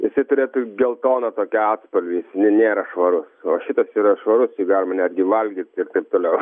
jisai turėtų geltoną tokį atspalvį nė nėra švarus o šitas yra švarus jį galima netgi valgyti ir taip toliau